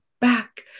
back